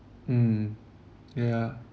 mm yeah